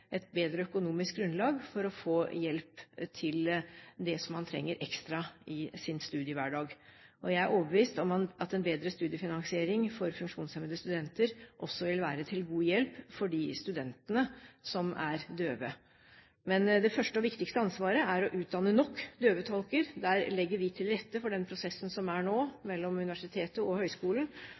et bedre økonomisk grunnlag for å få hjelp til det som man trenger ekstra i sin studiehverdag. Jeg er overbevist om at en bedre studiefinansiering for funksjonshemmede studenter også vil være til god hjelp for de studentene som er døve. Men det første og viktigste ansvaret er å utdanne nok døvetolker. Der legger vi til rette for den prosessen som er nå mellom Universitetet og